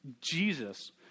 Jesus